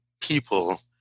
people